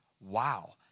wow